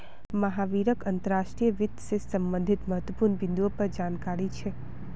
महावीरक अंतर्राष्ट्रीय वित्त से संबंधित महत्वपूर्ण बिन्दुर पर जानकारी छे